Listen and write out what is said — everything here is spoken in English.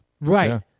Right